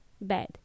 bad